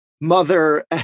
mother